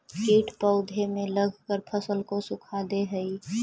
कीट पौधे में लगकर फसल को सुखा दे हई